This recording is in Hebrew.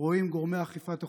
כשרואים את גורמי אכיפת החוק,